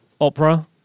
Opera